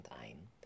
ein